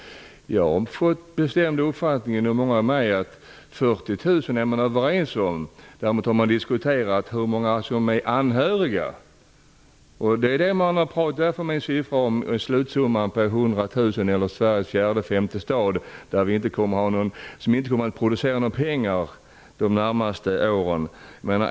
Jag och många med mig har fått den bestämda uppfattningen att man är överens om siffran 40 000. Däremot har man diskuterat hur många som är anhöriga. Därifrån kommer min uppgift om en slutsumma på 100 000. Det är samma sak som att Sveriges fjärde eller femte stad inte kommer att producera några pengar de närmaste åren.